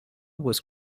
was